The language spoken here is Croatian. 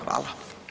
Hvala.